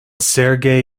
sergei